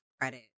credit